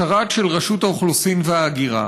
שרת של רשות האוכלוסין וההגירה